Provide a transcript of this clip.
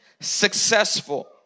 successful